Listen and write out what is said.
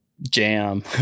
jam